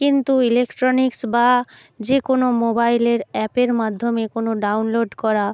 কিন্তু ইলেকট্রনিক্স বা যে কোনও মোবাইলের অ্যাপের মাধ্যমে কোনও ডাউনলোড করা